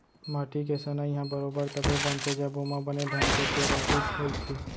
माटी के सनई ह बरोबर तभे बनथे जब ओमा बने ढंग के पेरौसी रइथे